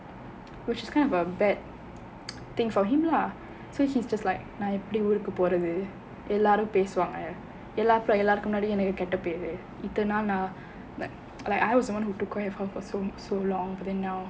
which is kind of a bad thing for him lah so he is just like நான் எப்படி ஊருக்கு போறது எல்லாரும் பேசுவாங்க எல்லாருக்கு முன்னாடியும் எனக்கு கெட்ட பெரு இத்தின நாள்: naan eppadi oorukku porathu ellaarum pesuvaanga ellaarukku munnaadiyum enakku ketta peru ithina naal like like I was someone who took care of her for so so long until now